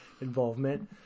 involvement